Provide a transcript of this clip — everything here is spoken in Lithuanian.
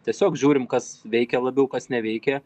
tiesiog žiūrim kas veikia labiau kas neveikia